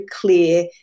clear